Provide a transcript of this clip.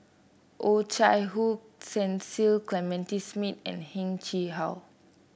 Oh Chai Hoo Cecil Clementi Smith and Heng Chee How